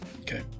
Okay